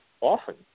often